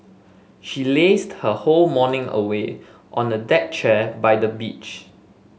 she lazed her whole morning away on a deck chair by the beach